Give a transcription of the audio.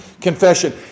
confession